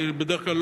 בדרך כלל,